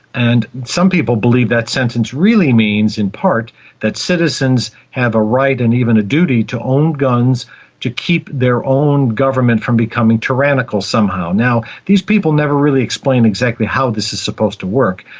and some people believe that sentence really means in part that citizens have a right and even a duty to own guns to keep their own government from becoming tyrannical somehow. now, these people never really explain exactly how this is supposed to work,